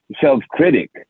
self-critic